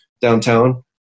downtown